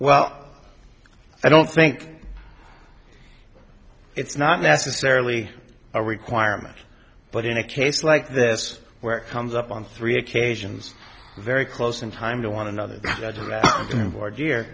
well i don't think it's not necessarily a requirement but in a case like this where it comes up on three occasions very close in time to one another